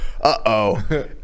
uh-oh